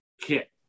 kit